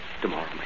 Tomorrow